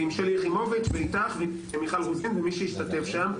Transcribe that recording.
עם שלי יחימוביץ ואיתך ועם מיכל רוזין ומי שהשתתף שם,